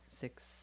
six